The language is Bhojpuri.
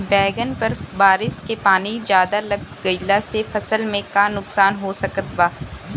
बैंगन पर बारिश के पानी ज्यादा लग गईला से फसल में का नुकसान हो सकत बा?